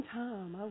time